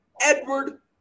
Edward